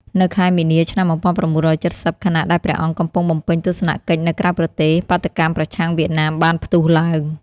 នៅខែមីនា ឆ្នាំ ១៩៧០ ខណៈដែលព្រះអង្គកំពុងបំពេញទស្សនកិច្ចនៅក្រៅប្រទេស បាតុកម្មប្រឆាំងវៀតណាមបានផ្ទុះឡើង។